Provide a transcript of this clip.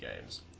games